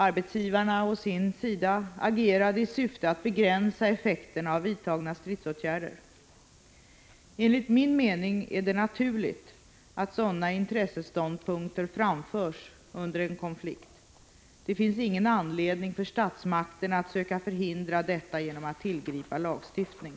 Arbetsgivarna å sin sida agerade i syfte att begränsa effekterna av vidtagna stridsåtgärder. Enligt min mening är det naturligt att sådana intresseståndpunkter framförs under en konflikt. Det finns ingen anledning för statsmakterna att söka förhindra detta genom att tillgripa lagstiftning.